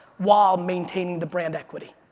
while maintaining the brand equity.